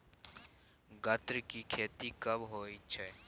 गन्ना की खेती कब होय छै?